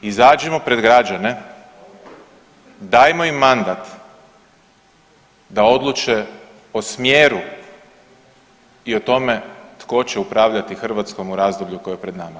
Izađimo pred građane, dajmo im mandat da odluče o smjeru i o tome tko će upravljati Hrvatskom u razdoblju koje je pred nama.